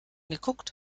geguckt